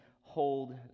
hold